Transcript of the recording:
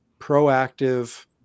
proactive